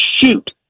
shoot